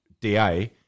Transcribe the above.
DA